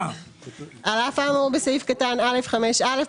על אף האמור בסעיף קטן (א)(5)(א),